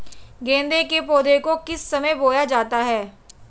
गेंदे के पौधे को किस समय बोया जाता है?